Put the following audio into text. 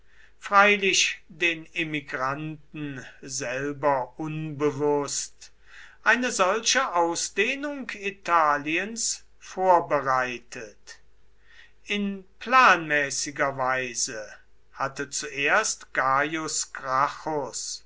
freilich den emigranten selber unbewußt eine solche ausdehnung italiens vorbereitet in planmäßiger weise hatte zuerst